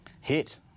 Hit